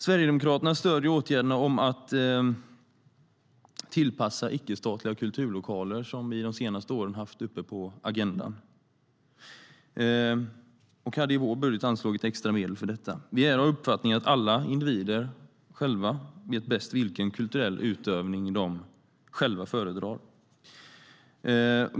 Sverigedemokraterna stöder åtgärderna i fråga om att tillpassa icke-statliga kulturlokaler, som vi de senaste åren har haft uppe på agendan. Vi hade i vår budget anslagit extra medel för detta. Vi är av uppfattningen att alla individer själva vet bäst vilken kulturell utövning de föredrar.